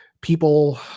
people